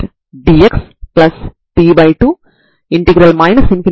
కాబట్టి సాధారణ పరిష్కారం మరియు వాస్తవ పరిష్కారం ఇందులో ఉంది